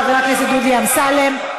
חבר הכנסת דודי אמסלם,